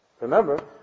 Remember